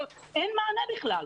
אין מענה בכלל.